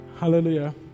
Hallelujah